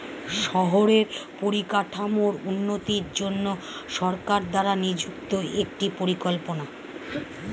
শহরের পরিকাঠামোর উন্নতির জন্য সরকার দ্বারা নিযুক্ত একটি পরিকল্পনা